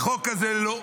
החוק הזה הוא נכון.